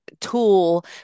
tool